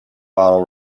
bottle